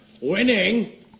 Winning